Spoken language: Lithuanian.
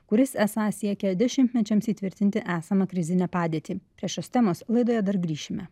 kuris esą siekia dešimtmečiams įtvirtinti esamą krizinę padėtį prie šios temos laidoje dar grįšime